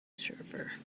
server